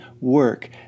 work